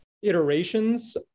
iterations